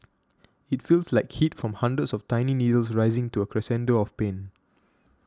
it feels like heat from hundreds of tiny needles rising to a crescendo of pain